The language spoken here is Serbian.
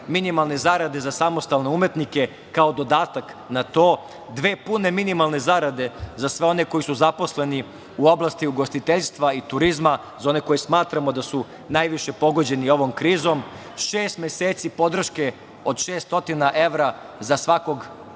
minimalne zarade za samostalne umetnike, kao dodatak na to. Dve pune minimalne zarade za sve one koji su zaposleni u oblasti ugostiteljstva i turizma, za one koje smatramo da su najviše pogođeni ovom krizom. Šest meseci podrške od 600 evra za svakog